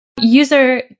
User